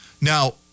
Now